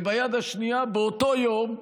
וביד השנייה, באותו יום,